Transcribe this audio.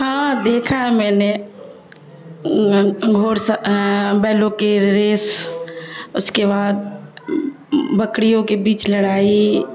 ہاں دیکھا ہے میں نے گھڑ س بیلوں کے ریس اس کے بعد بکریوں کے بیچ لڑائی